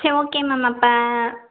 சரி okay ma'am அப்போ